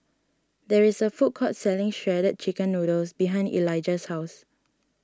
there is a food court selling Shredded Chicken Noodles behind Elijah's house